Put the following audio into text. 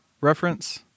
reference